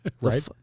Right